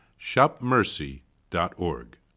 shopmercy.org